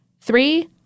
Three